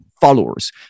followers